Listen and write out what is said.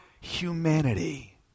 humanity